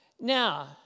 Now